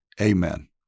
amen